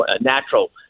natural